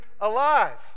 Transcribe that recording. alive